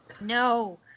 No